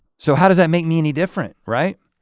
so how does that make me any different right?